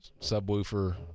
subwoofer